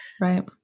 Right